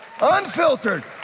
unfiltered